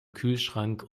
kühlschrank